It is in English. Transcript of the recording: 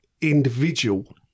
individual